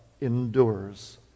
endures